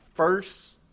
First